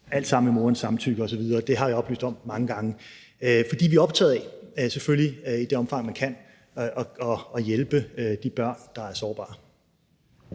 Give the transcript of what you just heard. alt sammen med moderens samtykke osv. Det har jeg oplyst om mange gange. For vi er selvfølgelig optaget af i det omfang, man kan, at hjælpe de børn, der er sårbare.